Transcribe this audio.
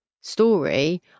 story